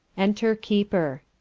enter keeper.